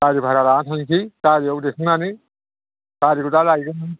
गारि भारा लाना थांनोसै गारियाव दैखांनानै गारिखौ दा लायगोन